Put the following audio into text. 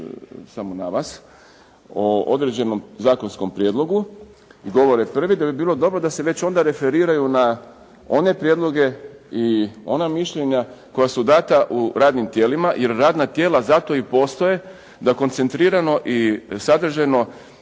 samo na vas o određenom zakonskom prijedlogu i govore prvi, da bi bilo dobro da se već onda referiraju na one prijedloge i ona mišljenja koja su dana u radnim tijelima jer radna tijela zato i postoje da koncentrirano i sadržajno,